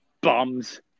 bums